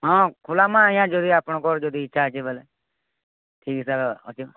ହଁ ଖୋଲା ମା ଆଜ୍ଞା ଯଦି ଆପଣଙ୍କର ଯଦି ଇଚ୍ଛା ଅଛି ବୋଲେ ଠିକ୍ ହିସାବରେ ଅଛି